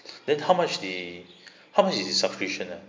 then how much the how much is the subscription ah